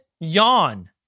yawn